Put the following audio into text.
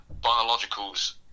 Biologicals